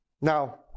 Now